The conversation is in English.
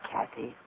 Kathy